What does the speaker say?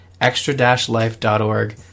extra-life.org